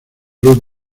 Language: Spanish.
luz